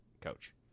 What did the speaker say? coach